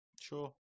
sure